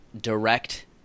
direct